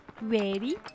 Ready